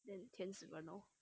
then 甜死人 lor